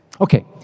Okay